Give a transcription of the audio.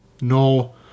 no